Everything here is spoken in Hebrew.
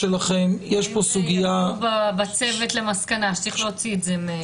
אם יגיעו בצוות למסקנה שצריך להוציא את זה מהם,